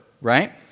Right